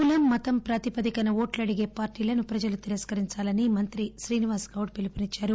కులం మతం ప్రాతిపదికన ఓట్లు అడిగే పార్టీలను ప్రజలు తిరస్కరించాలని మంత్రి శ్రీనివాస్ గౌడ్ పిలుపునిచ్చారు